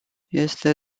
este